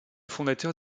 fondateur